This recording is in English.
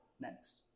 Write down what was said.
next